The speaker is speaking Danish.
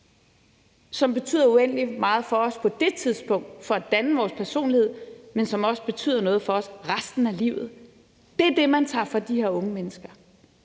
som betyder uendelig meget for os på det tidspunkt for at danne vores personlighed, men som også betyder noget for os resten af livet. Det er det, man tager fra de her unge mennesker,